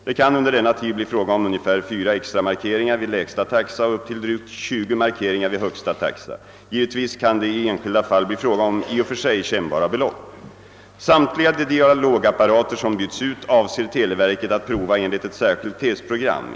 Det kan under denna tid bli fråga om ungefär fyra extra markeringar vid lägsta taxa och upp till drygt 20 markeringar vid högsta taxa. Givetvis kan det i enskilda fall bli fråga om i och för sig kännbara belopp. Samtliga de Dialogapparater som byts ut avser televerket att prova enligt ett särskilt testprogram.